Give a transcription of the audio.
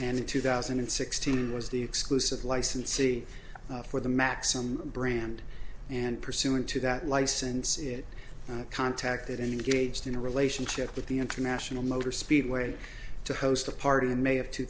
and two thousand and sixteen was the exclusive licensee for the maxim brand and pursuant to that license it contacted engaged in a relationship with the international motor speedway to host a party in may of two